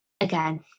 Again